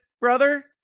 brother